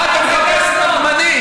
מה אתה מחפש מנהיג?